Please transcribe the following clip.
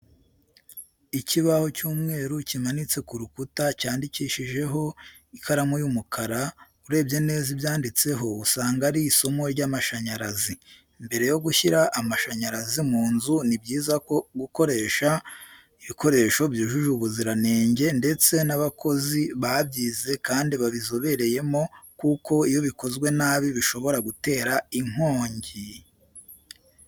Ikibaho cy'umweru kimanitse ku rukuta cyandikishijeho ikaramu y'umukara . Urebye neza ibyanditseho usanga ari isomo ry'amashanyarazi. Mbere yo gushyira amashanyarazi mu nzu, ni byiza ko gukoresha ibikoresho byujuje ubuziranenge ndetse n'abakozi babyize kandi babizobereyemo kuko iyo bikozwe nabi bishobora gutera inkongi.